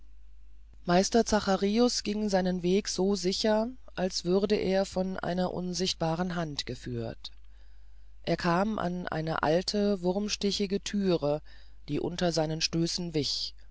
meister zacharius ging seinen weg so sicher als würde er von einer unsichtbaren hand geführt er kam an eine alte wurmstichige thüre die unter seinen stößen wich